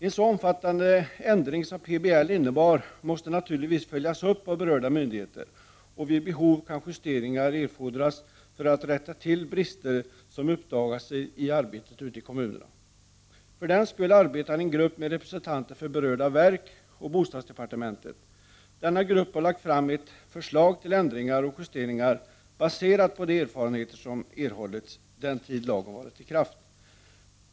En så omfattande ändring som PBL innebar måste naturligtvis följas upp av berörda myndigheter, och vid behov kan justeringar erfordras för att rätta till brister som uppdagas i arbetet ute i kommunerna. För den skull arbetar en grupp med representanter för berörda verk och bostadsdepartementet. Denna grupp har lagt fram ett förslag till ändringar och justeringar baserat på de erfarenheter som erhållits den tid lagen varit i kraft.